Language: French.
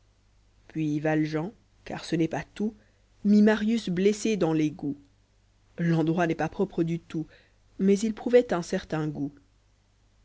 puis valjean car ce n'est pas tout mit marius blessé dans l'égout l'endroit n'est pas propre du tout mais il prouvait un certain goût